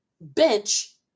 bench